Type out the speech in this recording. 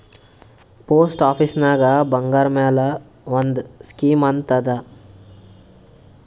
post ಆಫೀಸ್ನಾಗ್ ಬಂಗಾರ್ ಮ್ಯಾಲ ಒಂದ್ ಸ್ಕೀಮ್ ಅಂತ್ ಅದಾ